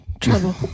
trouble